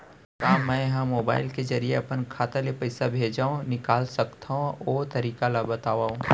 का मै ह मोबाइल के जरिए अपन खाता ले पइसा भेज अऊ निकाल सकथों, ओ तरीका ला बतावव?